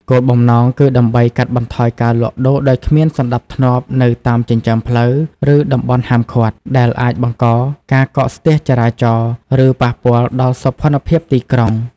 គោលបំណងគឺដើម្បីកាត់បន្ថយការលក់ដូរដោយគ្មានសណ្តាប់ធ្នាប់នៅតាមចិញ្ចើមផ្លូវ ឬតំបន់ហាមឃាត់ ដែលអាចបង្កការកកស្ទះចរាចរណ៍ ឬប៉ះពាល់ដល់សោភ័ណភាពទីក្រុង ។